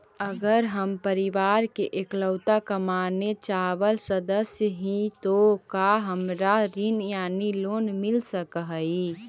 अगर हम परिवार के इकलौता कमाने चावल सदस्य ही तो का हमरा ऋण यानी लोन मिल सक हई?